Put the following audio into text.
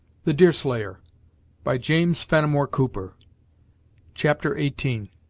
the deerslayer by james fenimore cooper chapter i.